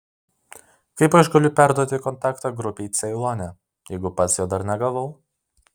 kaip aš galiu perduoti kontaktą grupei ceilone jeigu pats jo dar negavau